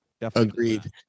Agreed